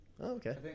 Okay